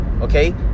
okay